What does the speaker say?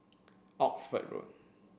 Oxford Road